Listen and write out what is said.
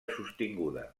sostinguda